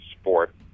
sport